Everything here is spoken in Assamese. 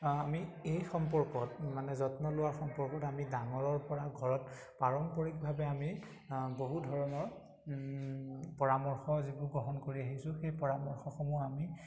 আমি এই সম্পৰ্কত মানে যত্ন লোৱাৰ সম্পৰ্কত আমি ডাঙৰৰপৰা ঘৰত পাৰম্পৰিকভাৱে আমি বহু ধৰণৰ পৰামৰ্শ যিবোৰ গ্ৰহণ কৰি আহিছোঁ সেই পৰামৰ্শসমূহ আমি